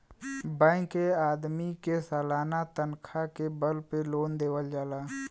bank के आदमी के सालाना तनखा के बल पे लोन देवल जाला